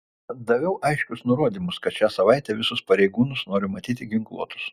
daviau aiškius nurodymus kad šią savaitę visus pareigūnus noriu matyti ginkluotus